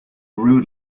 rude